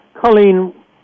Colleen